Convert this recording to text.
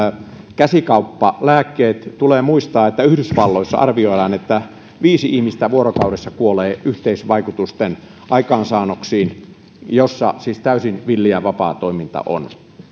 käsikauppalääkkeet tulee muistaa että yhdysvalloissa arvioidaan että viisi ihmistä vuorokaudessa kuolee yhteisvaikutusten aikaansaannoksiin ja sellaista siis täysin villi ja vapaa toiminta on